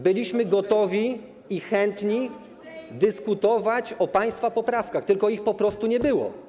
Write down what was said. byliśmy gotowi i chętni dyskutować o państwa poprawkach, tylko ich po prostu nie było.